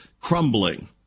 crumbling